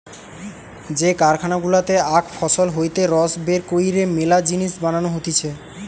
যে কারখানা গুলাতে আখ ফসল হইতে রস বের কইরে মেলা জিনিস বানানো হতিছে